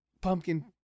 pumpkin